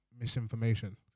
misinformation